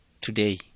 today